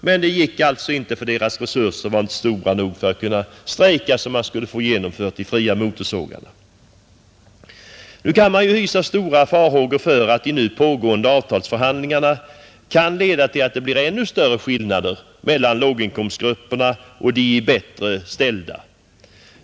Men skogsarbetarna kunde alltså inte få igenom sina krav, eftersom deras resurser inte var stora nog för att de skulle kunna strejka tills de fick igenom fria motorsågar. Man kan hysa stora farhågor för att de nu pågående avtalsförhand lingarna skall leda till ännu större skillnader mellan låginkomsttagarna och de bättre ställda.